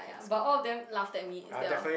!aiya! but all of them laughed at me instead of